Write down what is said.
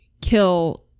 kill